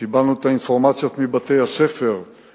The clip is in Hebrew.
קיבלנו את האינפורמציה מבתי-הספר,